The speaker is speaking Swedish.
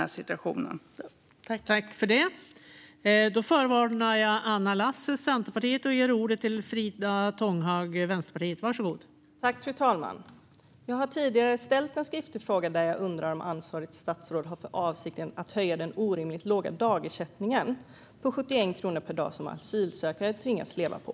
Däri ligger det största arbetet.